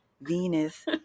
Venus